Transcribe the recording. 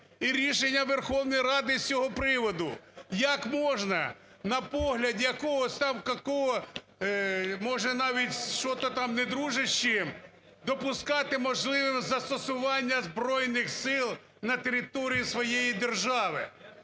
і рішення Верховної Ради з цього приводу. Як можна, на погляд якого став… може навіть что-то там не дружить з чим, допускати можливим застосування Збройних Сил на території своєї держави?